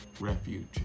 Refuge